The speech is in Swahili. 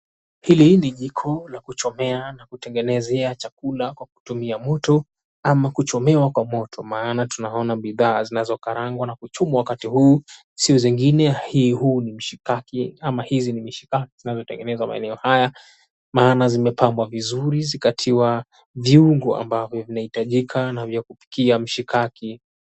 Hili ni jiko la kuchomea na kutengenezea chakula kwa kutumia moto ama kuchomewa kwa moto. Maana tunaona bidhaa zinazo karangwa na kuchomwa wakati huu sio zingine hii huu ni mshikaki ama hizi ni mishikaki zinazotengenezwa maeneo haya, maana zimepambwa vizuri, zikatiwa viungo ambavyo vinahitajika na vya kupikia mshikaki.